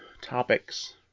topics